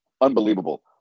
unbelievable